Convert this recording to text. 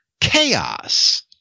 chaos